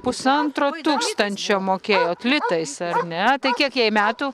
pusantro tūkstančio mokėjot litais ar ne tai kiek jai metų